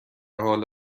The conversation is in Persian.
حال